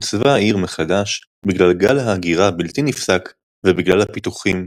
עוצבה העיר מחדש בגלל גל ההגירה הבלתי נפסק ובגלל הפיתוחים.